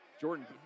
Jordan